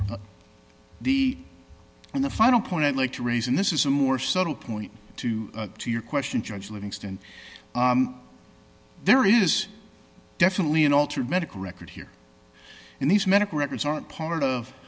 the in the final point i'd like to raise and this is a more subtle point to to your question judge livingston there is definitely an altered medical record here and these medical records are part of